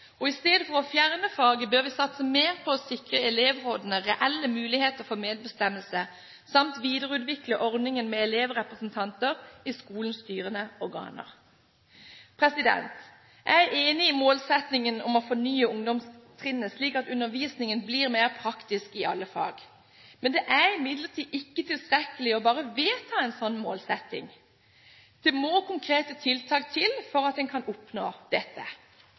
I stedet for å fjerne faget, bør vi satse mer på å sikre elevrådene reelle muligheter for medbestemmelse samt videreutvikle ordningen med elevrepresentanter i skolens styrende organer. Jeg er enig i målsettingen om å fornye ungdomstrinnet slik at undervisningen blir mer praktisk i alle fag. Det er imidlertid ikke tilstrekkelig bare å vedta en sånn målsetting, det må konkrete tiltak til for å oppnå dette. Læreren er den viktigste enkeltfaktoren i en